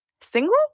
single